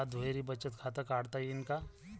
मले दुहेरी बचत खातं काढता येईन का?